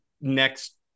next